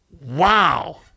Wow